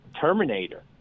Terminator